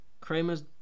Kramer's